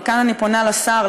וכאן אני פונה אל השר,